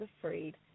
afraid